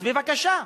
אז בבקשה,